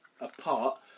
apart